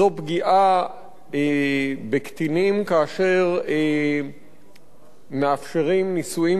זו פגיעה בקטינים כאשר מאפשרים נישואים